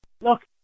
Look